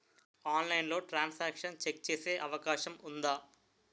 ఆన్లైన్లో transaction check చేసే అవకాశం ఉందా?